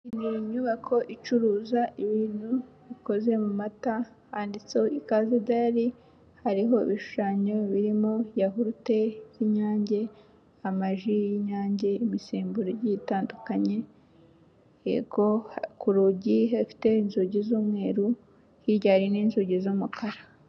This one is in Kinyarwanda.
Ni inyubako icuruza ibintu bikoze mu mata handitseho ikaze dayari hariho ibishushanyo birimo yahurute z'inyange, amaji y'inyange, imisemburo igiye itandukanye yego ku rugi hafite inzugi z'umweru hirya hari n'inzugi z'umukara.